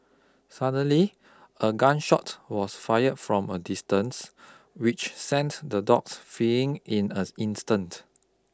suddenly a gun shot was fire from a distance which sent the dogs fleeing in an instant